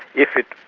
if it.